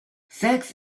sex